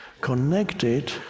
connected